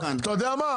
אתה יודע מה,